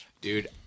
Dude